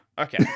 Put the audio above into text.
Okay